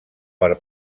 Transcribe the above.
per